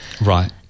Right